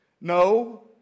No